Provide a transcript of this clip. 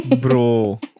Bro